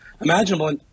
imaginable